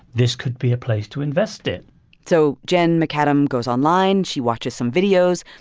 this could be a place to invest it so jen mcadam goes online. she watches some videos,